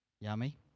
Yummy